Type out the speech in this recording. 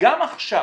גם עכשיו